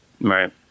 Right